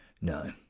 No